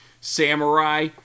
samurai